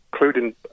including